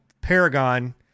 Paragon